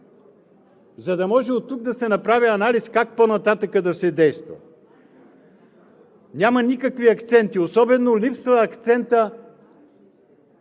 за да може оттук да се направи анализ как по-нататък да се действа? Няма никакви акценти. Особено липсва акцентът